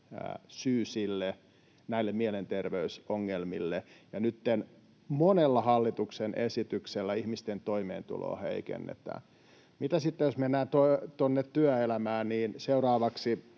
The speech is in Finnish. syy näille mielenterveysongelmille, ja nytten monella hallituksen esityksellä ihmisten toimeentuloa heikennetään. Mitä sitten, jos mennään tuonne työelämään: Seuraavaksi